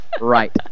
Right